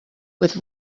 with